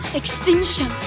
extinction